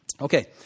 Okay